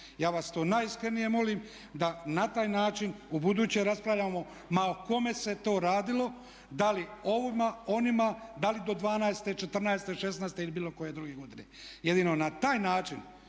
Ja vas to najiskrenije molim da na taj način ubuduće raspravljamo ma o kome se to radilo, da li ovima, onima, da li do 2012., 2014., 2016. ili bilo koje druge godine. Jedino na taj način